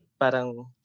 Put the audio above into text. parang